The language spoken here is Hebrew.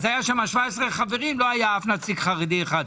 היו שם 17 חברים אך לא היה אף נציג חרדי אחד.